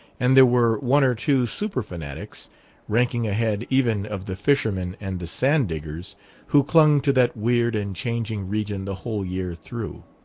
and there were one or two super-fanatics ranking ahead even of the fishermen and the sand-diggers who clung to that weird and changing region the whole year through.